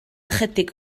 ychydig